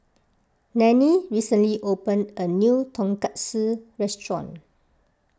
Nannie recently opened a new Tonkatsu restaurant